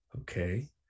Okay